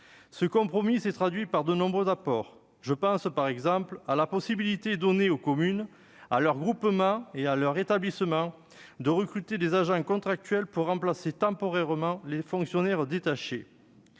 Ce compromis s'est traduit par de nombreux apports. Je pense, par exemple, à la possibilité donnée aux communes, à leurs groupements et à leurs établissements de recruter des agents contractuels pour remplacer temporairement les fonctionnaires détachés.